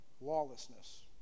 lawlessness